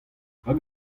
hag